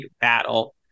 battle